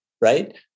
right